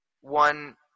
one